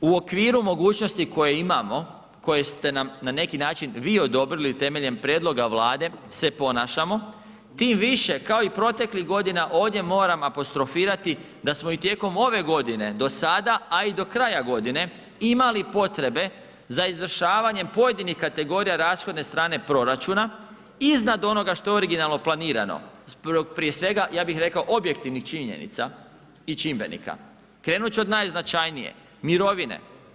U okviru mogućnosti koje imamo, koje ste nam na neki način vi odobrili temeljem prijedloga Vlade se ponašamo tim više ovdje kao i proteklih godina ovdje moram apostrofirati da smo i tijekom ove godine do sada, a i do kraja godine imali potrebe za izvršavanjem pojedinih kategorija rashodne strane proračuna iznad onoga što je originalno planirano, prije svega ja bih rekao objektivnih činjenica i čimbenika, krenut ću od najznačajnije, mirovine.